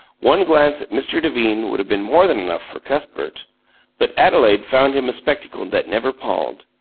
one glance at mr. devine would have been more than enough for cuthbert but adeline found him a spectacle that never palled.